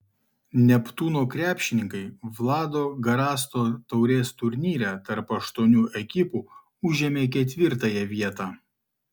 neptūno krepšininkai vlado garasto taurės turnyre tarp aštuonių ekipų užėmė ketvirtąją vietą